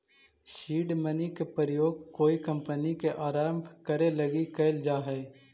seed money के प्रयोग कोई कंपनी के आरंभ करे लगी कैल जा हई